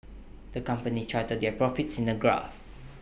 the company charted their profits in A graph